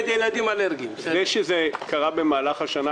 זה שזה קרה במהלך השנה,